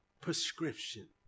prescription